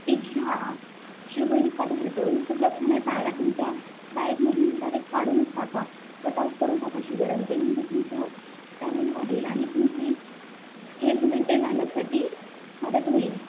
pizza sugary पदार्थ हे सगळं खाणं टाळा तुमच्या डायेटमधून ते डायरेक्ट काढूनच टाका कटआउट करून टाका शुगर आणि ते म्हणजे तुमचं स्टॅमिन वाढेल आणि तुमची हेल्थ मेंटेन राहण्यासाठी मदत होईल